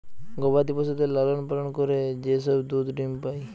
গবাদি পশুদের লালন পালন করে যে সব দুধ ডিম্ পাই